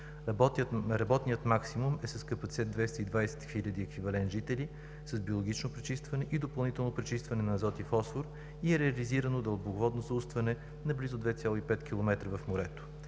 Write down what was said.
Работният максимум е с капацитет 220 хил. еквивалент жители с биологично пречистване и допълнително пречистване на азот и фосфор и е реализирано дълбоководно заустване на близо 2,5 км в морето.